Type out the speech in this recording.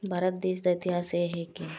ਭਾਰਤ ਦੇਸ਼ ਦਾ ਇਤਿਹਾਸ ਇਹ ਹੈ ਕਿ